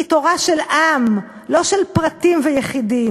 היא תורה של עם, לא של פרטים ויחידים.